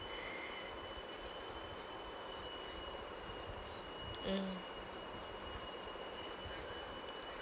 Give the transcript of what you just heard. mm